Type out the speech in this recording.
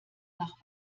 nach